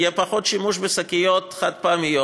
יהיה פחות שימוש בשקיות חד-פעמיות,